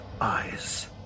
eyes